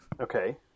okay